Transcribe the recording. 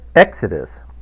Exodus